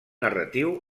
narratiu